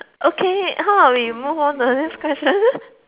okay how about we move on to the next question